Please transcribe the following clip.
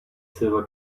silver